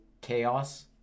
Chaos